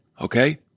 okay